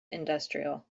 industrial